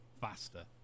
faster